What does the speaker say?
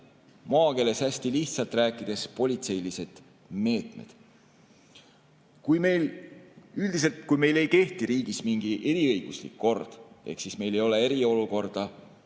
maakeeles hästi lihtsalt rääkides politseilised meetmed. Üldiselt, kui meil ei kehti riigis mingi eriõiguslik kord ehk meil ei ole eriolukorda,